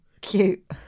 cute